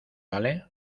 vale